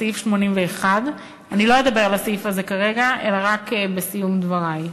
סעיף 81. אני לא אדבר על הסעיף הזה כרגע אלא רק בסיום דברי.